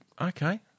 okay